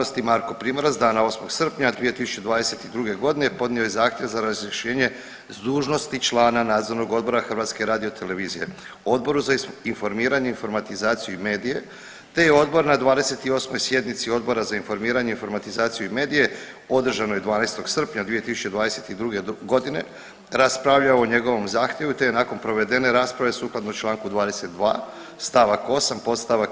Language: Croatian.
Dr.sc. Marko Primorac, dana 8. srpnja 2022. g. podnio je zahtjev za razrješenje s dužnosti člana Nadzornog odbora HRT-a Odboru za informiranje, informatizaciju i medije te je Odbor na 28. sjednici Odbor za informiranje, informatizaciju i medije održanoj 12. srpnja 2022. g. raspravljao o njegovom zahtjevu te je nakon provedene rasprave sukladno čl. 22 st. 8 podst.